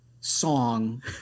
song